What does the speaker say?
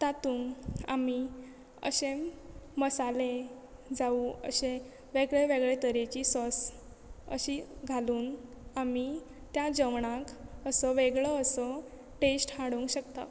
तातूं आमी अशे मसाले जावं अशे वेगळे वेगळे तरेची सॉस अशी घालून आमी त्या जेवणाक असो वेगळो असो टेस्ट हाडूंक शकता